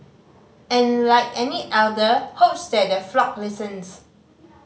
and like any elder hopes that the flock listens